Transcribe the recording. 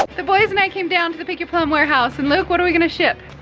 like the boys and i came down to the pick your plum warehouse and luke, what are we going to ship?